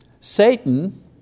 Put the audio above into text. Satan